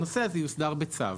הנושא הזה יוסדר בצו.